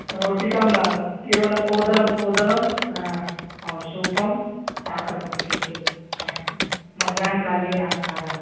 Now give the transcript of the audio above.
रोटिकां न केवलम् ओदनम् ओदनम् सूपं शाकं किञ्चित् मध्याह्नकाले अहं खादामि